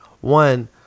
One